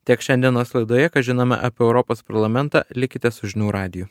tiek šiandienos laidoje kas žinoma apie europos parlamentą likite su žinių radiju